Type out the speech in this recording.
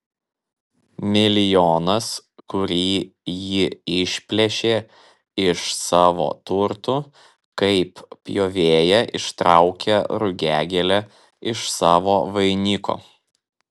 milijonas kurį ji išplėšė iš savo turtų kaip pjovėja ištraukia rugiagėlę iš savo vainiko